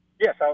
Yes